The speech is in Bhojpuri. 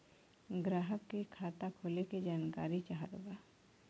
ग्राहक के खाता खोले के जानकारी चाहत बा?